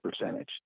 percentage